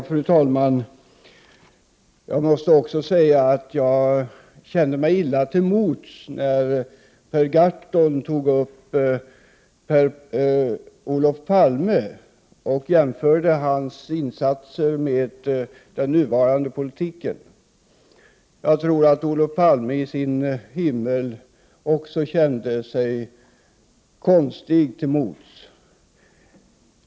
Fru talman! Jag kände mig illa till mods när Per Gahrton tog upp Olof Palme och jämförde hans insatser med den nuvarande politiken. Jag tror att också Olof Palme i sin himmel kände sig konstig till mods.